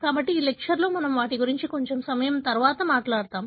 కాబట్టి ఈ లెక్చర్ లో మనము వాటి గురించి కొంచెం సమయం తరువాత మాట్లాడుతాము